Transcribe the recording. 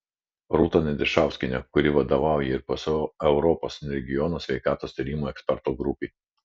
rūta nadišauskienė kuri vadovauja ir pso europos regiono sveikatos tyrimų ekspertų grupei